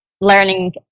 learning